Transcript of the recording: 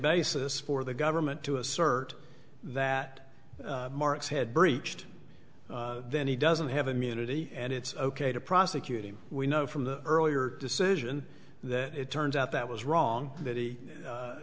basis for the government to assert that mark's had breached then he doesn't have immunity and it's ok to prosecute him we know from the earlier decision that it turns out that was wrong that he